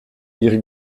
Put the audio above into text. ihre